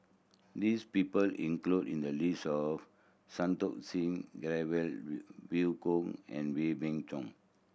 this people included in the list are Santokh Singh Grewal Vivien Goh and Wee Beng Chong